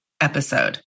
episode